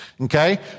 okay